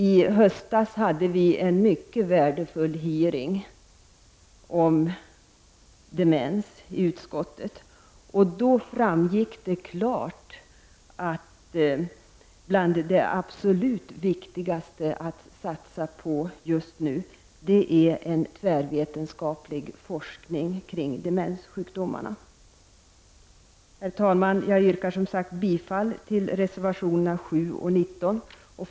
I höstas hade vi en mycket värdefull hearing om demens i utskottet, och då framgick det klart att en tvärvetenskaplig forskning kring demenssjukdomarna är bland det viktigaste att satsa på just nu. Herr talman! Jag yrkar som sagt bifall till reservationerna 7 och 19.